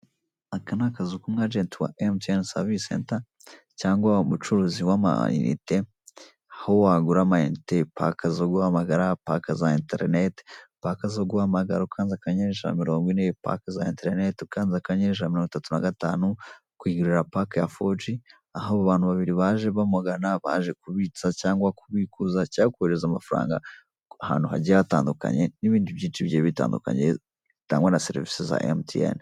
Mu masaha ya nijoro utubari dukunze kugira abakiliya benshi, cyane cyane mu minsi y'ibiruhuko nko ku wa gatandatu cyangwa ku cyumweru cyangwa mu minsi isanzwe nyuma y'akazi, aho abantu benshi bakunze kuhagana bakeneye gusabana nk'icuti cyangwa abakozi bakorana mu kazi gatandukanye.